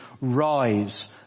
Rise